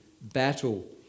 battle